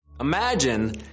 Imagine